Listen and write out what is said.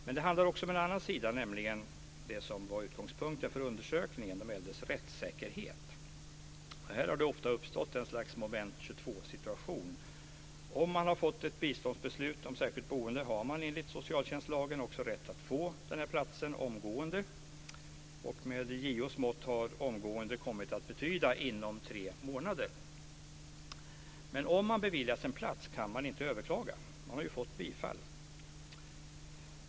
Men det handlar också om en annan sida, och det var den som var utgångspunkten för undersökningen, nämligen de äldres rättssäkerhet. Här har det ofta uppstått ett slags moment 22 situation. Om man har fått ett biståndsbeslut om särskilt boende har man enligt socialtjänstlagen också rätt att få platsen omgående. Med JO:s mått har "omgående" kommit att betyda inom tre månader. Men om man beviljas en plats kan man inte överklaga. Då har man ju fått bifall.